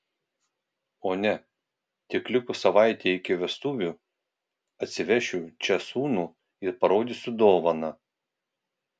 o ne tik likus savaitei iki vestuvių atsivešiu čia sūnų ir parodysiu dovaną